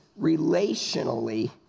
relationally